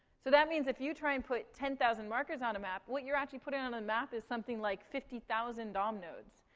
so that means, if you try and put ten thousand markers on a map, what you're actually putting on a map is something like fifty thousand dom nodes.